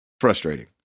frustrating